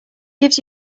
gives